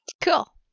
Cool